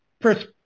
first